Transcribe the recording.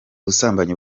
busambanyi